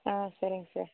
ஆ சரிங்க சார்